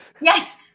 Yes